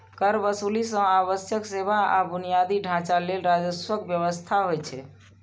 कर वसूली सं आवश्यक सेवा आ बुनियादी ढांचा लेल राजस्वक व्यवस्था होइ छै